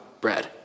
bread